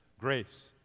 Grace